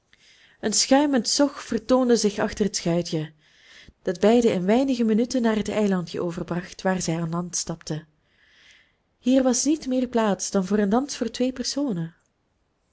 een schuimend zog vertoonde zich achter het schuitje dat beiden in weinige minuten naar het eilandje overbracht waar zij aan land stapten hier was niet meer plaats dan voor een dans voor twee personen